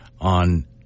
on